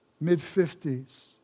mid-50s